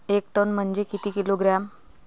एक टन म्हनजे किती किलोग्रॅम?